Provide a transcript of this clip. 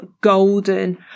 golden